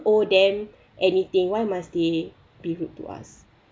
owe them anything why must they be rude to us